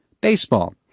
baseball